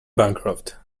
bancroft